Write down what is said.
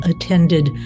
attended